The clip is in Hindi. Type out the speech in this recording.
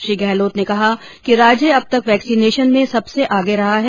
श्री गहलोत ने कहा कि राज्य अब तक वैक्सीनेशन में सबसे आगे रहा है